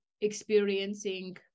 experiencing